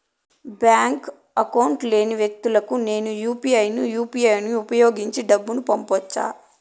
Bank account లేని వ్యక్తులకు నేను యు పి ఐ యు.పి.ఐ ను ఉపయోగించి డబ్బు పంపొచ్చా?